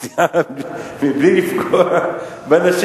סתם, מבלי לפגוע בנשים.